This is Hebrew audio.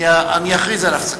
אני אכריז על הפסקה.